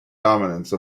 dominance